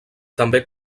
també